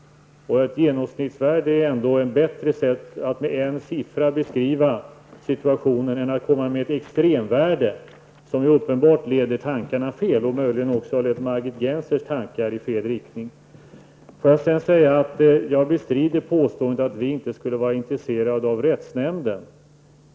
Att nämna ett genomsnittsvärde är ändå ett bättre sätt att med en siffra beskriva situationen än att komma med ett extremvärde -- som uppenbart leder tankarna fel, och möjligen också Margit Sedan bestrider jag påståendet att vi inte skulle vara intresserade av rättsnämnden.